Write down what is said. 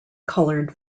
colored